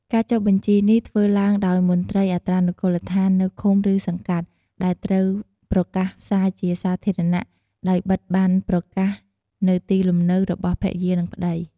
ការចុះបញ្ជីនេះធ្វើឡើងដោយមន្ត្រីអត្រានុកូលដ្ឋាននៅឃុំ ឬសង្កាត់ ដែលត្រូវប្រកាសផ្សាយជាសាធារណៈ ដោយបិទប័ណ្ណប្រកាសនៅលំនៅរបស់ ភរិយា និងប្ដី។